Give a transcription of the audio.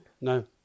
No